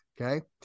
Okay